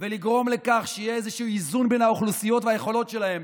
ולגרום לכך שיהיה איזשהו איזון בין האוכלוסיות והיכולות שלהן,